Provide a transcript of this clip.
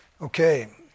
Okay